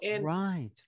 Right